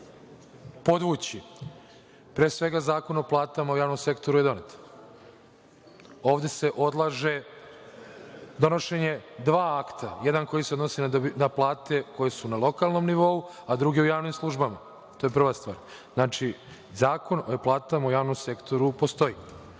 podvući. Pre svega Zakona o platama u javnom sektoru je donet. Ovde se odlaže donošenje dva akta. Jedan se odnosi na plate koje su na lokalnom nivou, a drugi u javnim službama. To je prva stvar. Znači, Zakon o platama u javnom sektoru postoji. Druga